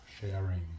sharing